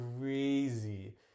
crazy